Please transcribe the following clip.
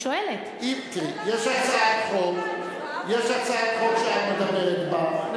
יש הצעת חוק שאת מדברת בה,